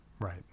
right